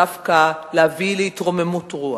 דווקא להביא להתרוממות רוח,